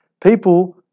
People